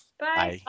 bye